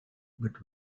but